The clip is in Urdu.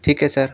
ٹھیک ہے سر